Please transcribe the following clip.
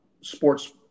sports